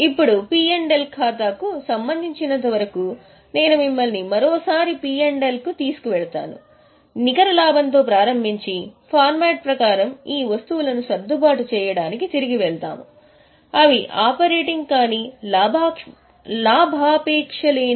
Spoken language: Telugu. ఇప్పుడు పి ఎల్ ఖాతాకు సంబంధించినంతవరకు నేను మిమ్మల్ని మరోసారి పి ఎల్ కు తీసుకెళుతున్నాను నికర లాభంతో ప్రారంభించి ఫార్మాట్ ప్రకారం ఈ వస్తువులను సర్దుబాటు చేయడానికి తిరిగి వెళ్దాము అవి ఆపరేటింగ్ కాని లాభాపేక్షలేని